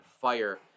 fire